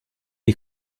est